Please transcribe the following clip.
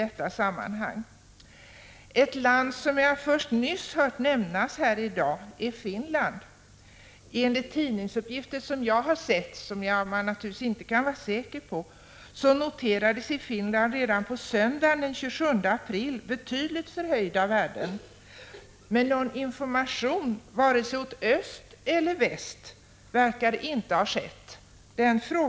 Ett land som jag inte förrän helt nyss hört nämnas i detta sammanhang här i dag är Finland. Enligt tidningsuppgifter som jag har sett — och som man naturligtvis inte kan vara säker på — noterades redan söndagen den 27 april betydligt förhöjda värden i Finland, men någon information verkar inte ha lämnats vare sig åt öst eller åt väst.